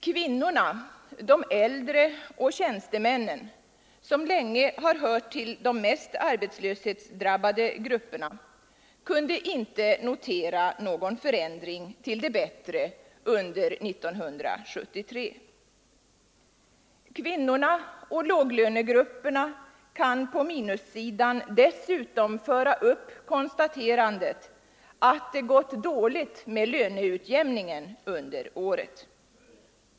Kvinnorna, de äldre och tjänstemännen, som länge har hört till de mest arbetslöshetsdrabbade grupperna, kunde inte notera någon förändring till det bättre under 1973. Kvinnorna och låglönegrupperna kan på minussidan dessutom föra upp konstaterandet att det gått dåligt med löneutjämningen under året.